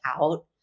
out